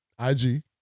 IG